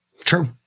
True